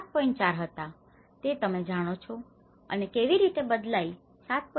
4 હતા તે તમે જાણો છો અને કેવી રીતે તે બદલાઈ ને 7